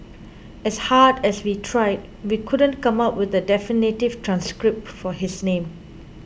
as hard as we tried we couldn't come up with a definitive transcript for his name